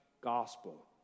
gospel